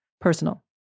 personal